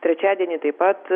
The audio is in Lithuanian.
trečiadienį taip pat